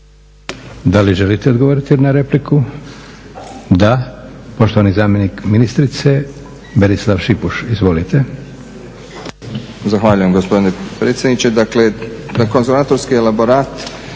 Da li želite odgovoriti na repliku? Da. Poštovani zamjenik ministrice, Berislav Šipuš. Izvolite.